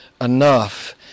enough